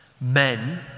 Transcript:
Men